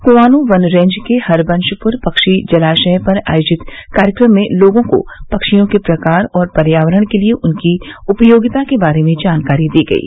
क्आनो वन रेंज के हरबंशपुर पंछी जलाशय पर आयोजित कार्यक्रम में लोगों को पक्षियों के प्रकार और पर्यावरण के लिए उनकी उपयोगिता के बारे में जानकारी दी गयी